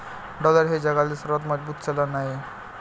dollar हे जगातील सर्वात मजबूत चलन आहे